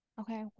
Okay